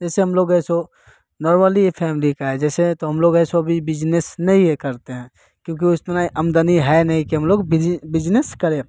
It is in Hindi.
जैसे हम लोग सो नॉर्मली फैमिली का है जैसे तो हम लोग वैसे भी बिजनेस नहीं करते हैं क्योंकि उसमें आमदनी है नहीं कि हम लोग बिजनेस करें